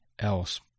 else